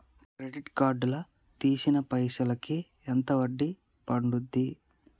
Credit card లా తీసిన పైసల్ కి ఎంత వడ్డీ పండుద్ధి?